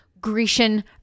Grecian